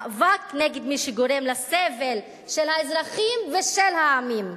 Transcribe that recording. מאבק נגד מי שגורם לסבל של האזרחים ושל העניים.